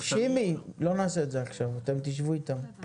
נקודה נוספת שהייתי מבקש אולי